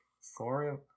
Sorry